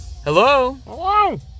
Hello